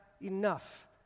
enough